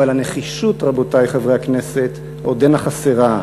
אבל הנחישות, רבותי חברי הכנסת, עודנה חסרה.